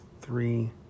three